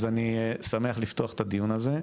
אני שמח לפתוח את הדיון הזה.